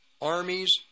armies